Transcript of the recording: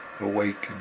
Awaken